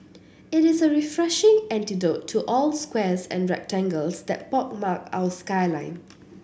it is a refreshing antidote to all the squares and rectangles that pockmark our skyline